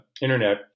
Internet